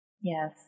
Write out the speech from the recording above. Yes